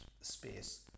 space